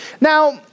Now